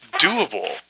doable